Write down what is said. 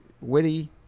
witty